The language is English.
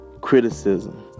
criticism